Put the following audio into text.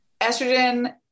estrogen